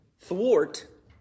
thwart